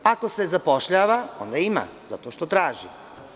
Ako se zapošljava, onda ima, zato što traži.